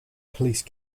police